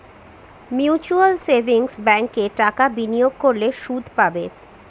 mutual savings ব্যাঙ্কে টাকা বিনিয়োগ করলে সুদ পাবে